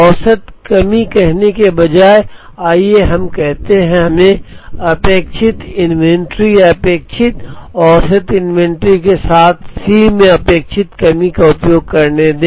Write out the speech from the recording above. औसत कमी कहने के बजाय आइए हम कहते हैं कि हमें अपेक्षित इन्वेंट्री या अपेक्षित औसत इन्वेंट्री के साथ साथ सी में अपेक्षित कमी का उपयोग करने दें